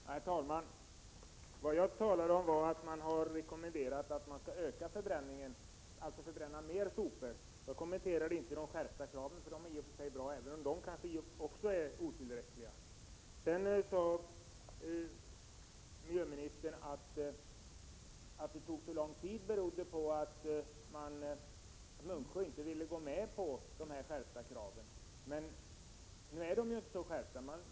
Herr talman! Vad jag talade om var att man har rekommenderat en ökad förbränning av sopor. Jag kommenterade inte skärpningen av kraven, vilken i och för sig är bra, även om kanske också dessa krav är otillräckliga. Vidare sade miljöoch energiministern att det förhållandet att det tog så lång tid berodde på att Munksjö inte ville gå med på de skärpta kraven. Men nu är de inte så skärpta.